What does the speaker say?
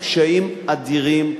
קשיים אדירים.